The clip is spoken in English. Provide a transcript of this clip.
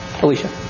Alicia